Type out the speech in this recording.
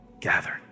gathered